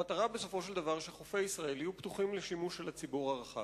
המטרה בסופו של דבר היא שחופי ישראל יהיו פתוחים לשימוש של הציבור הרחב.